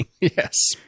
Yes